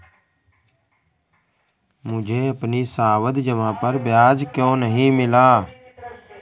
मुझे अपनी सावधि जमा पर ब्याज क्यो नहीं मिला?